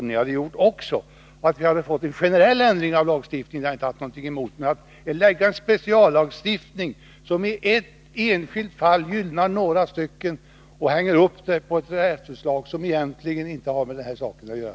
Jag skulle inte ha haft någonting emot en generell ändring av lagstiftningen, men jag förstår inte att man kan föreslå en speciallagstiftning som i ett enskilt fall gynnar några få, varvid det hela hängs upp på ett rättsutslag som egentligen inte har med den här saken att göra.